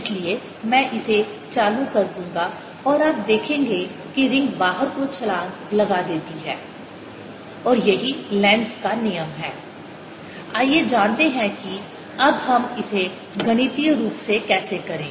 इसलिए मैं इसे चालू कर दूंगा और आप देखेंगे कि रिंग बाहर को छलांग लगा देती है और यही लेन्ज़ का नियम है Lenz's law आइए जानते हैं कि अब हम इसे गणितीय रूप से कैसे करें